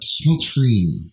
smokescreen